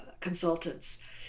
consultants